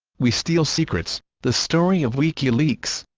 we steal secrets the story of wikileaks